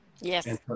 yes